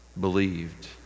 believed